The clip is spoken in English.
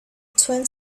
twin